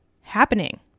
happening